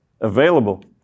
available